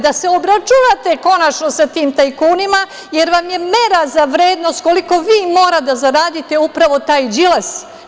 Da se obračunate konačno sa tim tajkunima, jer vam je mera za vrednost koliko vi morate da zaradite upravo taj Đilas.